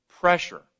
pressure